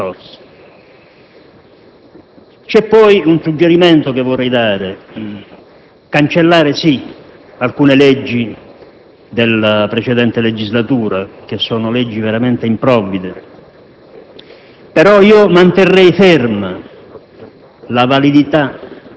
quando al dibattimento o all'udienza arriva con un mare di fascicoli e non è in grado nemmeno di fissare l'udienza ad un anno. Quindi, bisogna affrontare questo problema con coraggio, ma anche disponendo di risorse.